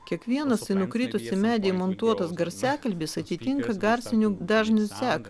kiekvienas į nukritusį medį įmontuotas garsiakalbis atitinka garsinių dažnių seką